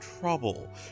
trouble